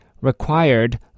required